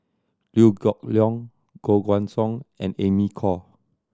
Liew Geok Leong Koh Guan Song and Amy Khor